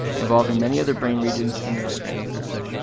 involving many other brain regions and neurotransmitters.